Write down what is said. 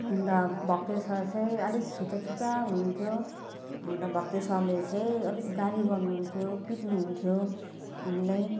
अन्त भक्ते सर चाहिँ अलिक छुच्चा छुच्चा हुनुहुन्थ्यो अन्त भक्ते सरले चाहिँ अलिक गाली गर्नुहुन्थ्यो पिट्नुहुन्थ्यो हामीलाई